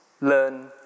learn